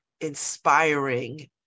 inspiring